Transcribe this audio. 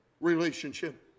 relationship